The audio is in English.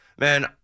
Man